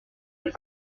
plus